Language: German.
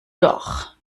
doch